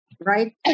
Right